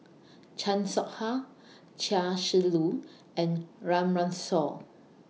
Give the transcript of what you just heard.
Chan Soh Ha Chia Shi Lu and Run Run Shaw